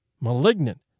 malignant